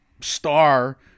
star